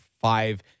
five